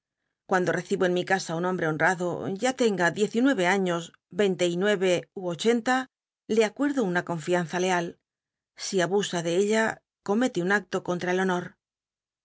cuando recibo en mi casa un hombre honrado ya tenga diez y nuere años yeinle y nue c ú ochenta le acuerdo una confianza leal si abusa de ella comete un acto contra el honor